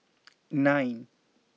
nine